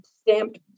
stamped